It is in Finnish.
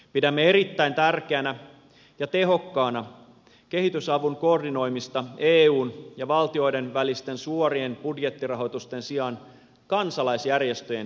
pidämme erittäin tärkeänä ja tehokkaana kehitysavun koordinoimista eun ja valtioiden välisten suorien budjettirahoitusten sijaan kansalaisjärjestöjen tekemän työn kautta